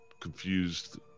confused